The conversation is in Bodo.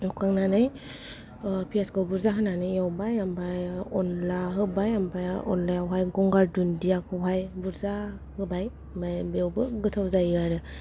एवखांनानै प्यासखौ बुरजा होनानै एवबाय ओमफ्राय अनला होबाय ओमफ्राय अनलायावहाय गंगार दुनदियाखौहाय बुरजा होबाय ओमफ्राय बेआवबो गोथाव जायो आरो